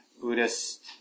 Buddhist